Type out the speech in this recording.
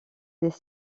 des